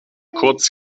kurz